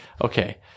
okay